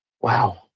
Wow